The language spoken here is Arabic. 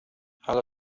على